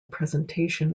presentation